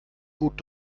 gut